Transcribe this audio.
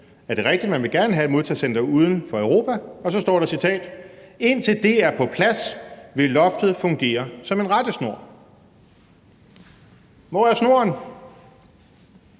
Det er rigtigt, at man gerne vil have et modtagecenter uden for Europa, og så står der – citat: »Indtil det er på plads, vil loftet fungere som en rettesnor«. Hvor er snoren?